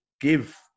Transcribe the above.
give